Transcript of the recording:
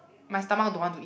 my stomach don't want to eat